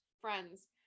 friends